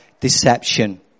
deception